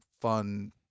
fun